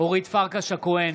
אורית פרקש הכהן,